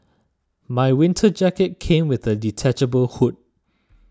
my winter jacket came with a detachable hood